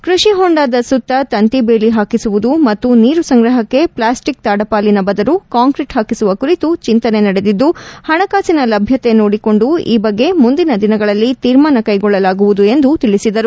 ಕೃಷಿಹೊಂಡದ ಸುತ್ತ ತಂತಿ ಬೇಲಿ ಹಾಕಿಸುವುದು ಮತ್ತು ನೀರು ಸಂಗ್ರಹಕ್ಕೆ ಪ್ಲಾಸ್ಟಿಕ್ ತಾಡಪಾಲಿನ ಬದಲು ಕಾಂಕ್ರಿಟ್ ಹಾಕಿಸುವ ಕುರಿತು ಚಿಂತನೆ ನಡೆದಿದ್ದು ಪಣಕಾಸಿನ ಲಭ್ಯತೆ ನೋಡಿಕೊಂಡು ಈ ಬಗ್ಗೆ ಮುಂದಿನ ದಿನಗಳಲ್ಲಿ ತೀರ್ಮಾನ ಕೈಗೊಳ್ಳಲಾಗುವುದು ಎಂದು ತಿಳಿಸಿದರು